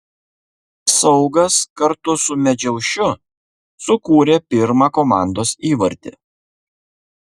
saugas kartu su medžiaušiu sukūrė pirmą komandos įvartį